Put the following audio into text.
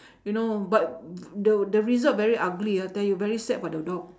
you know but the the result very ugly uh tell you very sad for the dog